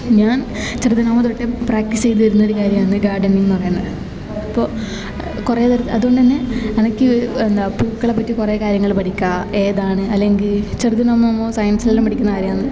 ഞാൻ ചെറുത് നാൾ തൊട്ട് പ്രാക്ടീസ് ചെയ്തിരുന്നൊരു കാര്യമാണ് ഗാർഡനിങ്ങ് എന്ന് പറയുന്നത് അപ്പോൾ കുറെ അതുകൊണ്ടന്നെ എനിക്ക് എന്താ പൂക്കളെ പറ്റി കുറെ കാര്യങ്ങൾ പഠിക്ക ഏതാണ് അല്ലെങ്കിൽ ചെറുത് നാൾ നമ്മൾ സയൻസിലെല്ലാം പഠിക്കുന്ന കാര്യമാന്ന്